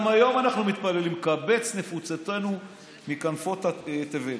גם היום אנחנו מתפללים: קבץ נפוצותינו מכנפות תבל.